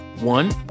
One